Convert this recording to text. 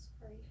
sorry